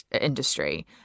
industry